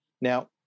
now